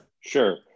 Sure